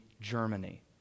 Germany